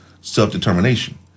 Self-determination